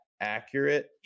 accurate